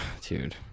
dude